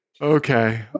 Okay